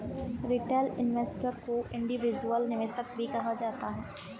retail investor को individual निवेशक भी कहा जाता है